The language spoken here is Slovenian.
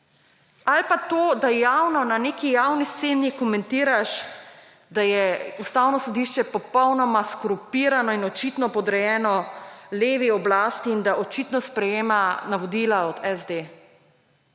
Ali pa to, da javno na neki javni sceni komentiraš, da je Ustavno sodišče popolnoma skorumpirano in očitno podrejeno levi oblasti in da očitno sprejema navodila od SD.